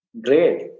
Great